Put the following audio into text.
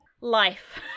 life